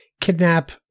kidnap